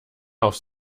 aufs